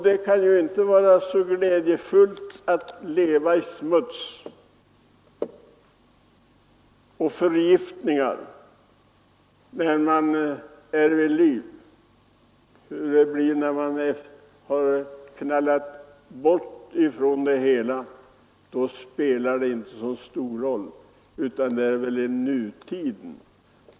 Det kan inte vara glädjefullt att leva ett liv i smuts och förgiftningar. Hur det blir när man har knallat från det hela, spelar inte så stor roll.